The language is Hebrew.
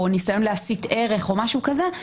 או ניסיון להסית ערך או משהו כזה,